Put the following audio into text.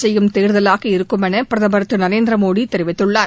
செய்யும் தேர்தலாக இருக்கும் என பிரதமர் திரு நரேந்திர மோடி தெரிவித்துள்ளார்